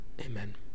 Amen